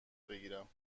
بگیرم